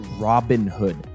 Robinhood